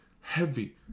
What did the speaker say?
heavy